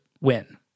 win